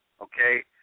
okay